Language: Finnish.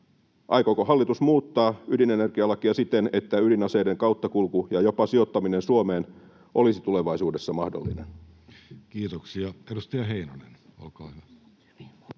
aikooko hallitus muuttaa ydinenergialakia siten, että ydinaseiden kauttakulku ja jopa sijoittaminen Suomeen olisi tulevaisuudessa mahdollista? Kiitoksia. — Edustaja Heinonen, olkaa hyvä.